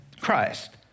Christ